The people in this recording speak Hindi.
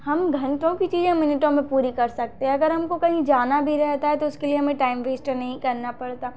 हम घंटों की चीज़ें मिनटों में पूरी कर सकते हैं अगर हमको कहीं जाना भी रहता है तो उसके लिए हमें टाइम वेस्ट नहीं करना पड़ता